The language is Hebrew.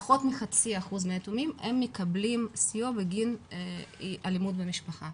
פחות מ-0.5% מהיתומים מקבלים סיוע בגין אלימות במשפחה.